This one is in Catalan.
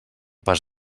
pas